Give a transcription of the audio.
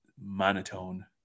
monotone